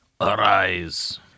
arise